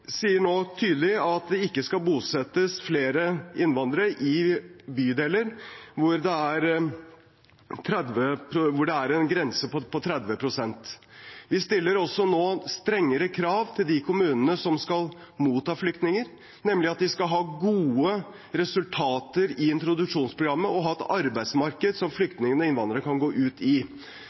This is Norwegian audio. sier nå tydelig at det ikke skal bosettes flere innvandrere i bydeler hvor det er mer enn rundt 30 pst. innvandrere. Vi stiller også nå strengere krav til de kommunene som skal motta flyktninger, nemlig at de skal ha gode resultater i introduksjonsprogrammet og ha et arbeidsmarked som flyktningene og innvandrerne kan gå ut i.